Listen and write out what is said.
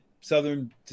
southern